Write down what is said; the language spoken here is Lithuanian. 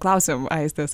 klausėm aistės